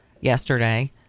yesterday